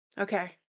okay